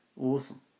Awesome